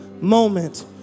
moment